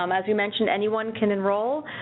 um as you mentioned anyone can enrol.